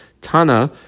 Tana